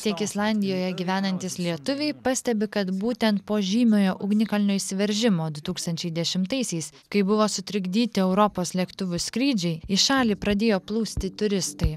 tiek islandijoje gyvenantys lietuviai pastebi kad būtent po žymiojo ugnikalnio išsiveržimo du tūkstančiai dešimtaisiais kai buvo sutrikdyti europos lėktuvų skrydžiai į šalį pradėjo plūsti turistai